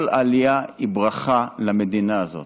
כל עלייה היא ברכה למדינה הזאת.